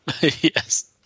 Yes